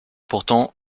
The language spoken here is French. pourtant